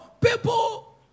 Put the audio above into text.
people